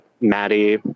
Maddie